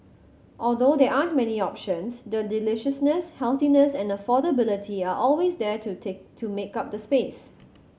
although there aren't many options the deliciousness healthiness and affordability are always there to take to make up the space